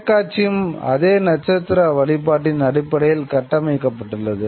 தொலைக்காட்சியும் அதே நட்சத்திர வழிபாட்டின் அடிப்படையில் கட்டமைக்கப்பட்டுள்ளது